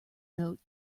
note